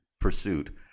pursuit